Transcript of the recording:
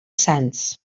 sans